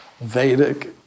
Vedic